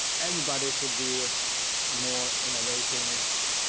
everybody should do more innovations.